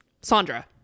Sandra